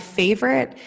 favorite